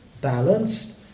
balanced